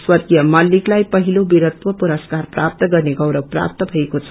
स्वर्गीय मल्लीकलाई पहिलो बीरतव पुरस्कार प्राप्त गर्ने गौरव प्राप्त मएको छ